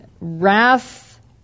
Wrath